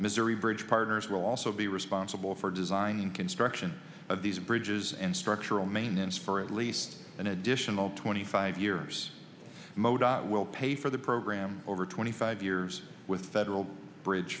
missouri bridge partners will also be responsible for designing construction of these bridges and structural maintenance for at least an additional twenty five years mota will pay for the program over twenty five years with federal bridge